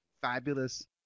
fabulous